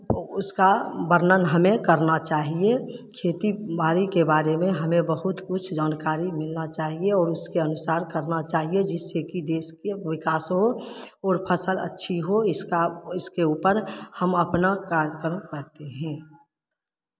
उसका वर्णन हमें करना चाहिए खेती बाड़ी के बारे में हमें बहुत कुछ जानकारी मिलना चाहिए और उसके अनुसार करना चाहिए जिससे कि देश के विकास हो और फसल अच्छी हो इसका इसके ऊपर हम अपना कार्यक्रम करते हैं